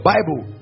Bible